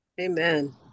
Amen